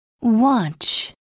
watch